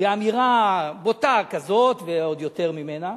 באמירה בוטה כזאת, ועוד יותר ממנה,